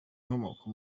inkomoko